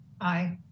aye